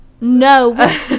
no